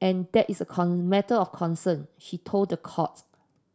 and that is a matter of concern she told courts